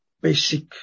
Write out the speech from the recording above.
basic